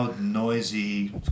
noisy